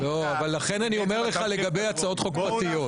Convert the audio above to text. לכן אני אומר לך לגבי הצעות חוק פרטיות.